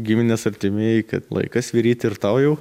giminės artimieji kad laikas vyryti ir tau jau